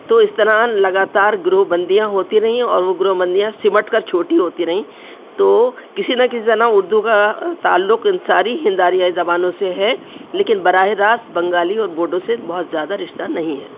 تو اس طرح لگاتار گروپ بندیاں ہوتی رہیں ہیں اور وہ گروپ بندیاں سمٹ کر چھوٹی ہوتی رہیں تو کسی نہ کسی ظرح نہ اردو کا تعلق ان ساری ہند آریائی زبانوں سے ہے لیکن براہ راست بنگالی اور بوڈو سے بہت زیادہ رشتہ نہیں ہے